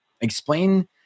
explain